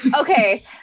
okay